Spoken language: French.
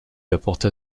apporta